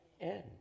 end